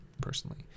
personally